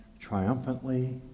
triumphantly